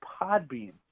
Podbean